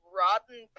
rotten